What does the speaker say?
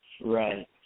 Right